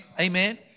Amen